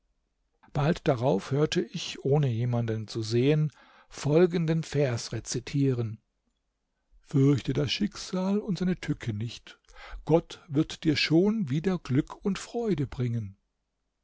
bald darauf hörte ich ohne jemanden zu sehen folgenden vers rezitieren fürchte das schicksal und seine tücke nicht gott wird dir schon wieder glück und freude bringen